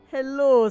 Hello